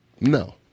no